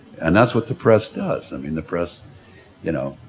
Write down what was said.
and that's what the press does. i mean the press you know